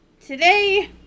Today